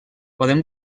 podem